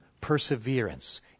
perseverance